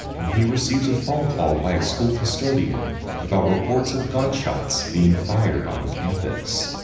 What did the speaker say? when he receives a phone call by a school custodian about reports of gunshots being fired on campus.